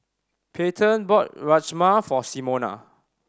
Payton bought Rajma for Simona